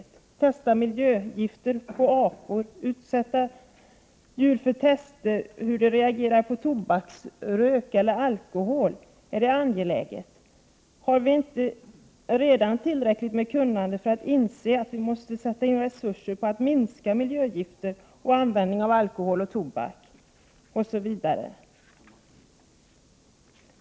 Att testa miljögifter på apor och att testa djurs reaktion på tobaksrök eller alkohol, är det angeläget? Har vi inte redan tillräckligt med kunnande för att inse att resurser måste sättas in för att minska användningen av miljögifter, alkohol och tobak?